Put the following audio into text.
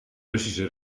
russische